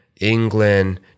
England